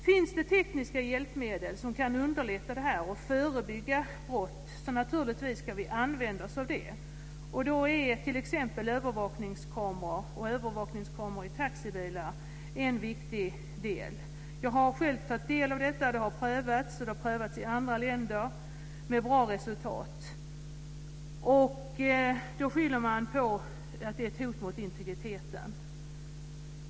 Finns det tekniska hjälpmedel som kan underlätta detta och förebygga brott ska vi naturligtvis använda oss av dem. Här är t.ex. övervakningskameror i taxibilar en viktig del. Jag har själv tagit del av detta. Det har prövats i andra länder med bra resultat. Det man skyller på är att detta är ett hot mot integriteten.